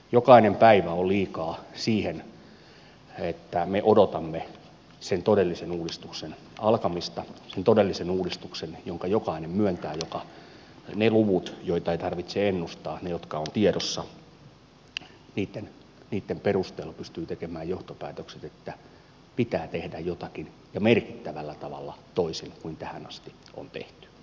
jokainen päivä on liikaa siihen että me odotamme sen todellisen uudistuksen alkamista sen todellisen uudistuksen jonka jokainen myöntää jokainen joka niitten lukujen joita ei tarvitse ennustaa niiden jotka ovat tiedossa perusteella pystyy tekemään johtopäätökset että pitää tehdä jotakin ja merkittävällä tavalla toisin kuin tähän asti on tehty